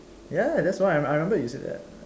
ya that's why I remember you said that